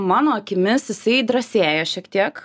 mano akimis jisai drąsėja šiek tiek